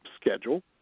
schedule